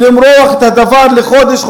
ולמרוח את הדבר לחודש,